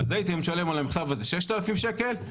הייתי משלם על המכתב הזה 6,000 שקלים,